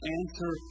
answer